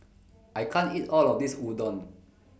I can't eat All of This Udon